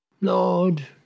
Lord